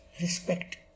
respect